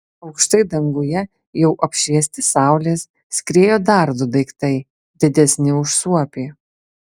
aukštai danguje jau apšviesti saulės skriejo dar du daiktai didesni už suopį